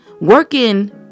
working